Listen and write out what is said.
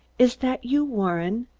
is that you, warren?